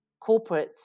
corporates